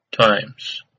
times